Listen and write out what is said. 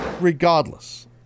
Regardless